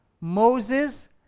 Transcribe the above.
Moses